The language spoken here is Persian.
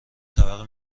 طبقه